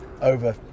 over